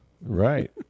Right